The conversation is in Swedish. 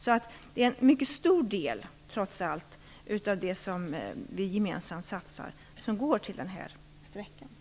Så det är trots allt en mycket stor del av de medel som vi gemensamt satsar som går till den här sträckan.